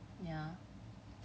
twenty third november